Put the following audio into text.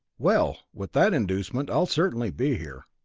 well, with that inducement, i'll certainly be here.